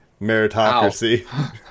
meritocracy